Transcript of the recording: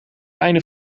einde